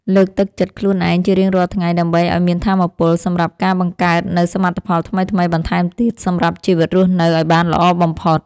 លើកទឹកចិត្តខ្លួនឯងជារៀងរាល់ថ្ងៃដើម្បីឱ្យមានថាមពលសម្រាប់ការបង្កើតនូវសមិទ្ធផលថ្មីៗបន្ថែមទៀតសម្រាប់ជីវិតរស់នៅឱ្យបានល្អបំផុត។